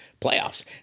Playoffs